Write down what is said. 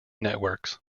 networks